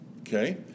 okay